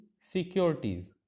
securities